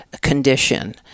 condition